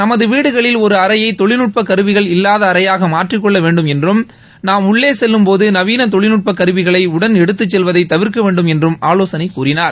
நமது வீடுகளில் ஒரு அறையை தொழில்நுட்ப கருவிகள் இல்லாத அறையாக மாற்றிக்கொள்ள வேண்டும் என்றும் நாம் உள்ளே செல்லும் போது நவீன தொழில்நுட்ப கருவிகளை உடன் எடுத்துச்செல்வதை தவிர்க்க வேண்டும் என்றும் ஆலோசனை கூறினார்